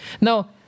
Now